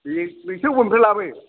बे नोंसोर अनबोलाबो